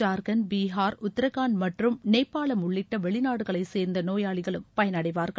ஜார்கண்ட் பீஹார் உத்திரகாண்ட் மற்றும் நேபாளம் உள்ளிட்ட வெளிநாடுகளைச் சேர்ந்த நோயாளிகளும் பயனடைவார்கள்